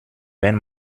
wenn